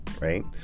right